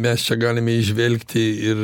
mes čia galime įžvelgti ir